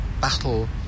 battle